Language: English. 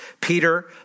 Peter